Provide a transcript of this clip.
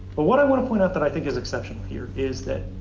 but what i want to point out that i think is exceptional here is that